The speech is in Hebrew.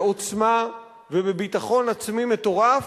בעוצמה ובביטחון עצמי מטורף,